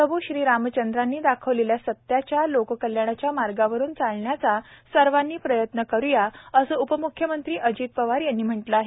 प्रभू श्रीरामचंद्रांनी दाखवलेल्या सत्याच्या लोककल्याणाच्या मार्गावरुन चालण्याचा सर्वांनी प्रयत्न करु या असं उपम्ख्यमंत्र्यांनी म्हटलं आहे